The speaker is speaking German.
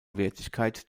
wertigkeit